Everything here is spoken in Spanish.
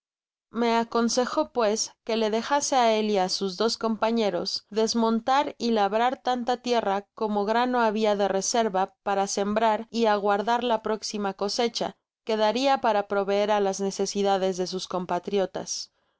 me aconsejó pues que le dejase á él y a sus dos compañeros dismontar y labrar tanta tierra como grano habia de reserva para sembrar y aguardar la próxima cosecha que daria para proveer á las necesidades de sus compatriotas